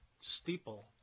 steeple